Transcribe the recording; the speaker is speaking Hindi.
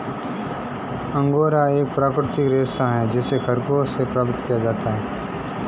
अंगोरा एक प्राकृतिक रेशा है जिसे खरगोश से प्राप्त किया जाता है